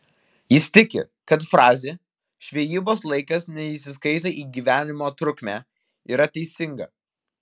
jis tiki kad frazė žvejybos laikas neįsiskaito į gyvenimo trukmę yra teisinga